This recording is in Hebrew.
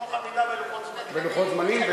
ובעמידה בלוחות זמנים.